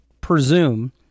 presume